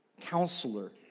counselor